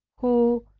who,